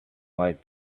might